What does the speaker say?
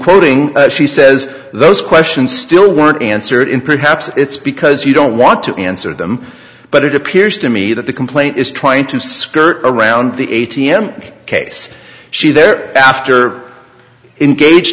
quoting she says those questions still weren't answered him perhaps it's because you don't want to answer them but it appears to me that the complaint is trying to skirt around the a t m case she they're after engaged